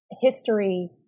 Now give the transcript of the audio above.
history